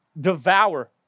Devour